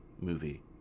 movie